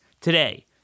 today